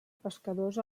pescadors